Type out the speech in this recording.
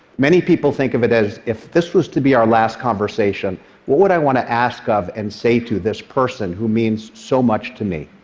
many people think of it as, if this was to be our last conversation, what would i want to ask of and say to this person who means so much to me?